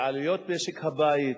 לעלויות משק הבית,